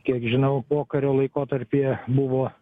kiek žinau pokario laikotarpyje buvo